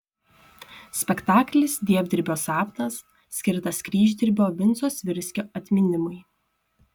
spektaklis dievdirbio sapnas skirtas kryždirbio vinco svirskio atminimui